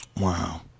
Wow